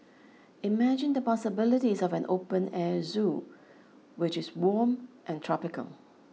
imagine the possibilities of an open air zoo which is warm and tropical